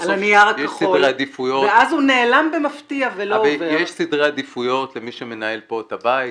יש סדרי עדיפויות למי שמנהל פה את הבית,